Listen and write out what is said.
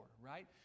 right